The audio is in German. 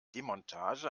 demontage